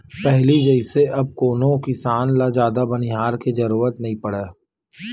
पहिली जइसे अब कोनो किसान ल जादा बनिहार के जरुरत नइ पड़य